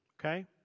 okay